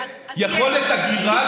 יכולת אגירה,